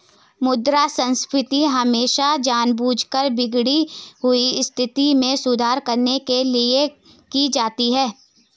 मुद्रा संस्फीति हमेशा जानबूझकर बिगड़ी हुई स्थिति में सुधार करने के लिए की जाती है